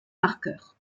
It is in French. marqueur